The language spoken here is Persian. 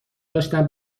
داشتم